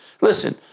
Listen